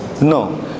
No